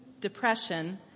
depression